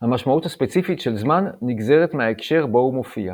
המשמעות הספציפית של "זמן" נגזרת מההקשר בו הוא מופיע.